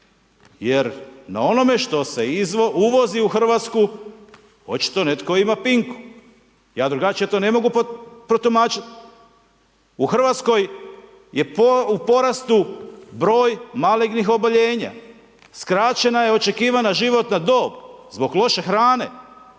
jer na onome što se uvozi u Hrvatsku očito netko ima pinku. Ja drugačije to ne mogu protumačiti. U Hrvatskoj je u porastu broj malignih oboljenja. Skraćena je očekivana životna dob zbog loše hrane